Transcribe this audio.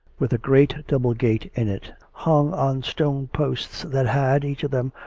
with a great double gate in it, hung on stone posts that had, each of them,